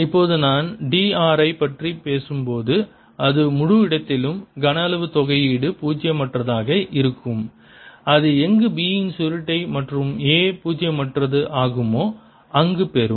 இப்போது நான் d r ஐப் பற்றி பேசும்போது அது முழு இடத்திலும் கன அளவு தொகையீடு பூஜ்ஜியமற்றதாக இருக்கும் அது எங்கு B இன் சுருட்டை மற்றும் A பூஜ்ஜியமற்றது ஆகுமோ அங்கு பெரும்